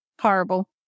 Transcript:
Horrible